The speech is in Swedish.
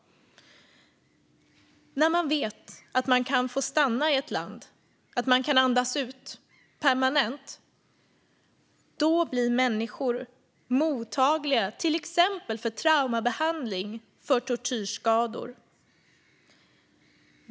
När människor vet att de kan få stanna i ett land, att de kan andas ut permanent, då blir de mottagliga till exempel för traumabehandling av tortyrskador.